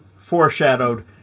foreshadowed